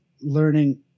learning